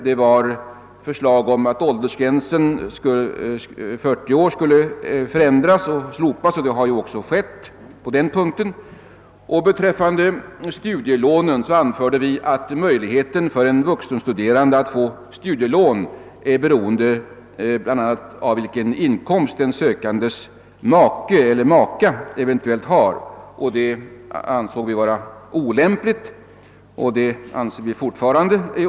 Vidare föreslog vi att åldersgränsen 40 år skulle slopas, och detta har också skett. Beträffande studielånen anförde vi att möjligheten för en vuxenstuderande att få studielån är beroende av bl.a. vilken inkomst den sökandes make eller maka eventuellt har. Detta ansåg vi vara olämpligt, och det gör vi fortfarande.